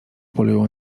polują